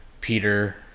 Peter